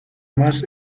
más